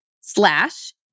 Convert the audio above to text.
slash